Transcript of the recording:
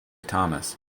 thomas